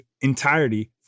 entirety